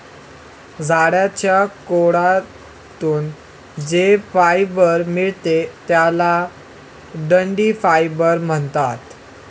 झाडाच्या खोडातून जे फायबर मिळते त्याला दांडी फायबर म्हणतात